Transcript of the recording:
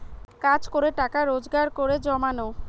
কাজ করে টাকা রোজগার করে জমানো